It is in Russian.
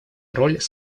роль